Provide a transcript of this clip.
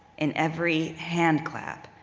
in every hand clap,